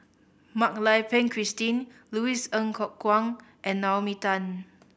Mak Lai Peng Christine Louis Ng Kok Kwang and Naomi Tan